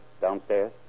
downstairs